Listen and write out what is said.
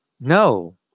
no